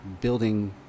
building